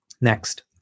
Next